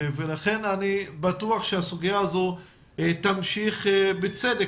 ולכן אני בטוח שהסוגיה הזו תמשיך בצדק